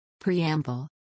Preamble